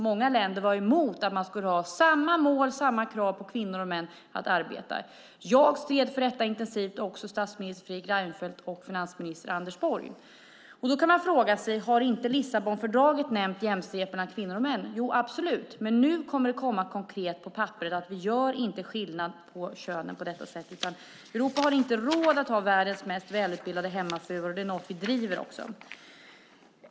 Många länder var emot att man skulle ha samma mål och krav på kvinnor och män att arbeta. Jag stred intensivt för detta, och så gjorde också statsminister Fredrik Reinfeldt och finansminister Anders Borg. Nämner inte Lissabonfördraget jämställdhet mellan kvinnor och män? Jo, absolut. Nu kommer det dock konkret på papperet att vi inte gör skillnad på kön i detta avseende. Europa har inte råd att ha världens mest välutbildade hemmafruar, och det är något vi driver.